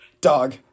Dog